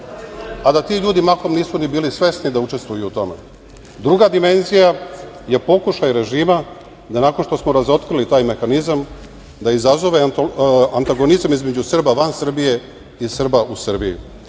a da ti ljudi mahom nisu ni bili svesni da učestvuju u tome. Druga dimenzija je pokušaj režima da, nakon što smo razotkrili taj mehanizam, izazove antagonizam između Srba van Srbije i Srba u Srbiji.